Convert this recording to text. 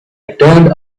turned